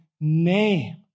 name